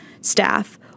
staff